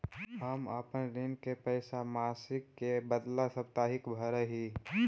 हम अपन ऋण के पैसा मासिक के बदला साप्ताहिक भरअ ही